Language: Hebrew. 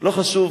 לא חשוב.